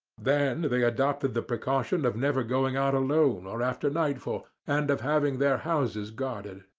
then they adopted the precaution of never going out alone or after nightfall, and of having their houses guarded.